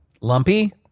Lumpy